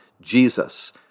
Jesus